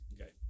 Okay